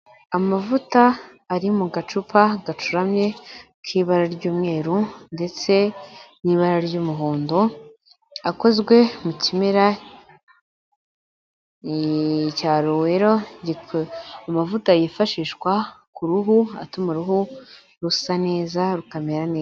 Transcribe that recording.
Amavuta ari mu gacupa gacuramye k'ibara ry'umweru ndetse n'ibara ry'umuhondo, akozwe mu kimera cya rowero amavuta yifashishwa ku ruhu atuma uruhu rusa neza rukamera neza.